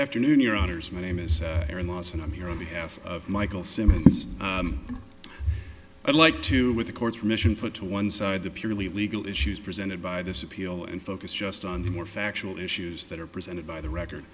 afternoon your honour's my name is aaron lawson i'm here on behalf of michael simmons i'd like to with the court's remission put to one side the purely legal issues presented by this appeal and focus just on the more factual issues that are presented by the record